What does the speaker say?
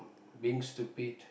being stupid